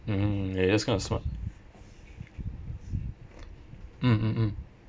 mm ya that's kind of smart mm mm mm